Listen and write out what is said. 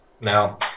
now